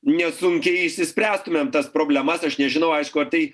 nesunkiai išsispręstumėm tas problemas aš nežinau aišku ar tai